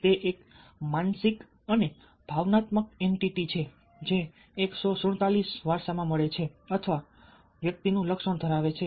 તે એક માનસિક અને ભાવનાત્મક એન્ટિટી છે જે 147 વારસામાં મળે છે અથવા વ્યક્તિનું લક્ષણ ધરાવે છે